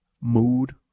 Mood